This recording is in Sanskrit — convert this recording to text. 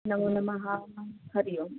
नमो नमः हरिः ओं